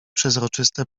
przezroczyste